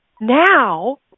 now